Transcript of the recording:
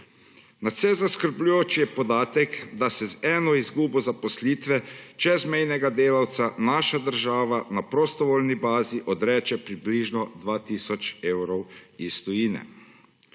Nadvse zaskrbljujoč je podatek, da se z eno izgubo zaposlitve čezmejnega delavca naša država na prostovoljni bazi odreče približno 2 tisoč evrom iz tujine.